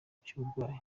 cy’uburwayi